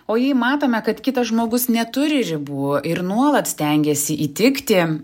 o jei matome kad kitas žmogus neturi ribų ir nuolat stengiasi įtikti